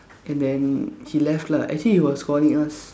and then he left lah actually he was calling us